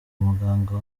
muganga